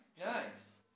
Nice